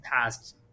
past